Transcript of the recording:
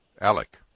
Alec